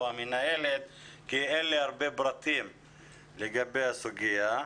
המנהלת כי אין לי הרבה פרטים לגבי הסוגיה.